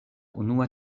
unua